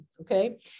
Okay